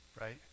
right